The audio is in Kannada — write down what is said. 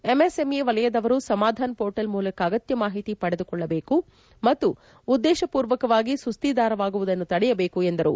ಎಂಎಸ್ಎಂಇ ವೆಲಯದವರು ಸಮಾಧಾನ್ ಪೋರ್ಟಲ್ ಮೂಲಕ ಅಗತ್ಯ ಮಾಹಿತಿ ಪಡೆದುಕೊಳ್ಳಬೇಕು ಮತ್ತು ಉದ್ದೇಶಪೂರ್ವಕವಾಗಿ ಸುಸ್ಡಿದಾರವಾಗುವುದನ್ನು ತಡೆಯಬೇಕು ಎಂದರು